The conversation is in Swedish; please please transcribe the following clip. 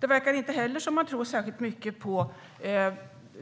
Det verkar inte heller som om man tror särskilt mycket på